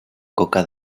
coca